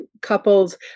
couples